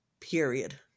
Period